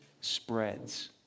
spreads